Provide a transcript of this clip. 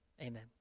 Amen